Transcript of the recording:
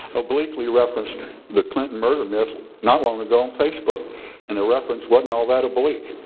obliquely referenced the clinton murder myth not long ago on facebook and the reference wasn't all that oblique.